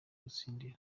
gutsindira